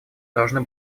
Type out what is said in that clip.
должны